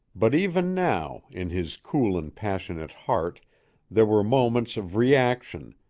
but even now, in his cool and passionate heart there were moments of reaction,